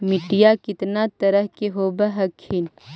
मिट्टीया कितना तरह के होब हखिन?